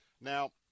Now